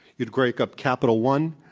you'd break up capital one,